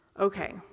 okay